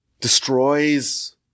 destroys